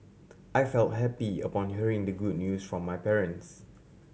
I felt happy upon hearing the good news from my parents